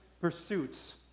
pursuits